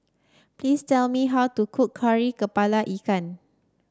please tell me how to cook Kari kepala Ikan